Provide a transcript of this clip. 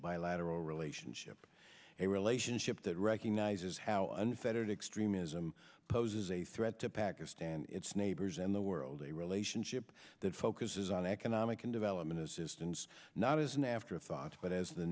bilateral relationship a relationship that recognizes how unfettered extremism poses a threat to pakistan its neighbors and the world a relationship that focuses on economic and development assistance not as an afterthought but as the